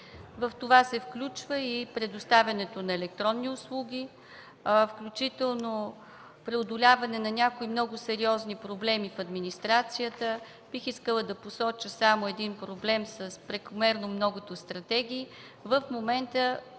В това се включва и предоставянето на електронни услуги, включително преодоляване на някои много сериозни проблеми в администрацията. Бих искала да посоча само един проблем с прекомерно многото стратегии. В момента